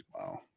Wow